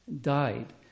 died